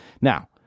Now